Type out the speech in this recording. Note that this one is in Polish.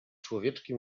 człowieczki